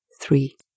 three